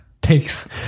takes